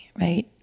right